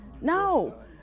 no